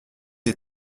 des